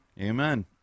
Amen